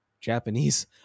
Japanese